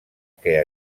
que